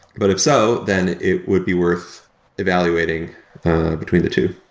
but if so, then it would be worth evaluating between the two.